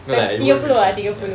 thir~ tiga puluh ah tiga puluh